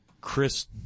Chris